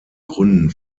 gründen